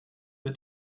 mit